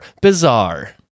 bizarre